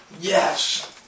Yes